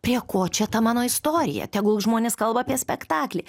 prie ko čia ta mano istorija tegul žmonės kalba apie spektaklį